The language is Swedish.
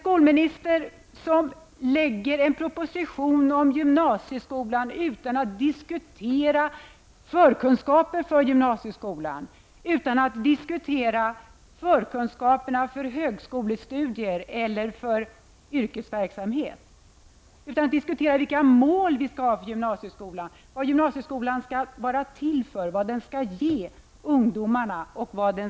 Det gör ett statsråd som lägger fram en proposition om gymnasieskolan utan att diskutera förkunskaper för gymnasieskolan, högskolestudier eller yrkesverksamhet. I stället diskuterar han vilka mål vi skall ha för gymnasieskolan, vad den skall vara till för och vad den skall ge ungdomarna och Sverige.